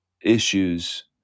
issues